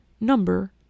Number